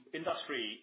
industry